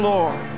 Lord